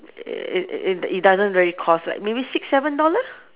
it it it doesn't really cost like maybe six seven dollar